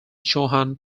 johann